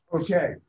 Okay